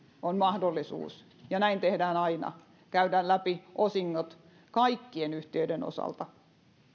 on mahdollisuus ja näin tehdään aina käydä läpi osingot kaikkien yhtiöiden osalta